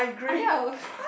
I think I will